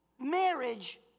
marriage